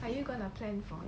are you gonna plan for